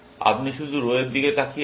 আপনি শুধু রো এর দিকে তাকিয়ে আছেন